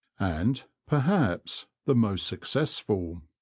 and, perhaps, the most successful.